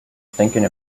thinking